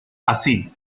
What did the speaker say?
así